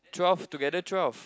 twelve together twelve